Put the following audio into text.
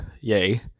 yay